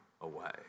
away